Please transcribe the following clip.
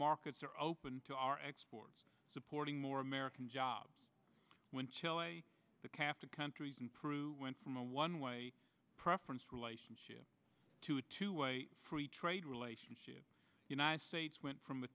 markets are open to our exports supporting more american jobs when the cap to countries in peru went from a one way preference relationship to a two way free trade relationship united states went from a